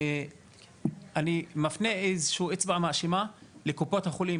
אני מפנה אצבע מאשימה לקופות החולים,